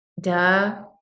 duh